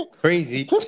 crazy